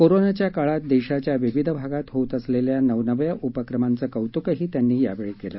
कोरोनाच्या काळात देशाच्या विविध भागात होत असलेल्या नवनव्या उपक्रमांचं कौतुक त्यांनी यावेळी केलं